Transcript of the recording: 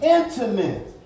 intimate